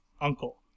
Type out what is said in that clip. uncle